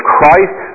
Christ